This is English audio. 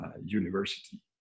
University